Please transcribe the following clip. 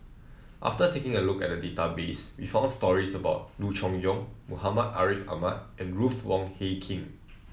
after taking a look at the database we found stories about Loo Choon Yong Muhammad Ariff Ahmad and Ruth Wong Hie King